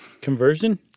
Conversion